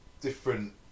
different